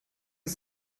ist